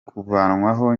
kuvanwaho